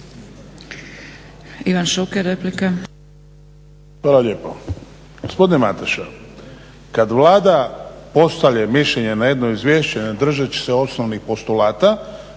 Ivan Šuker replika.